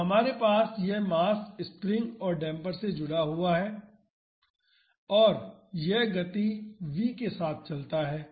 तो हमारे पास यह मास स्प्रिंग और डेम्पर से जुड़ा है और यह गति v के साथ चलता है